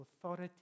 authority